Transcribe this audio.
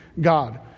God